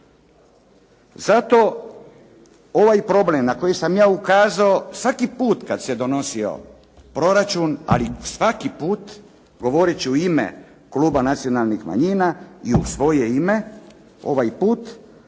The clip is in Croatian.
Zato ovaj problem na koji sam ja ukazao svaki put kada se donosio proračun, ali svaki put govoreći u ime kluba nacionalnih manjina i u svoje ime ovaj put,